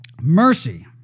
Mercy